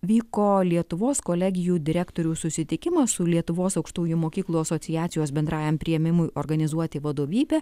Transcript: vyko lietuvos kolegijų direktorių susitikimas su lietuvos aukštųjų mokyklų asociacijos bendrajam priėmimui organizuoti vadovybe